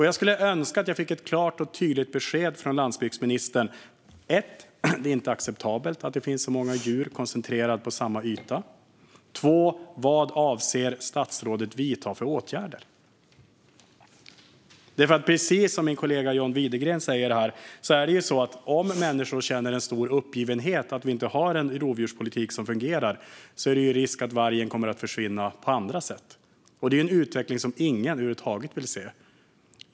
Jag skulle önska att jag fick ett klart och tydligt besked från landsbygdsministern när det gäller följande. För det första: Det är inte acceptabelt att det finns så många djur koncentrerat på samma yta. För det andra: Vilka åtgärder avser statsrådet att vidta? Precis som min kollega John Widegren säger här är det så att om människor känner en stor uppgivenhet inför att vi inte har en rovdjurspolitik som fungerar finns det risk för att vargen kommer att försvinna på andra sätt. Det är en utveckling som ingen över huvud taget vill se.